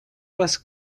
was